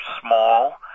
small